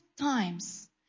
times